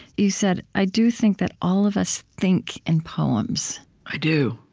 you said, i do think that all of us think in poems. i do.